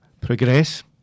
progress